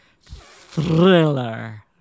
Thriller